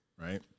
right